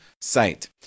site